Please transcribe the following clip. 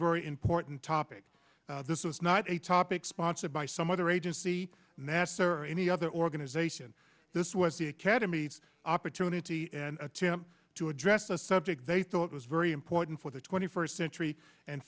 very important topic this is not a topic sponsored by some other agency nasser or any other organization this was the academy's opportunity to him to address a subject they thought was very important for the twenty first century and